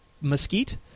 Mesquite